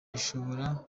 bishobora